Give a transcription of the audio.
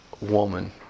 woman